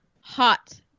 hot